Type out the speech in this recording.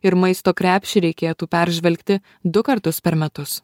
ir maisto krepšį reikėtų peržvelgti du kartus per metus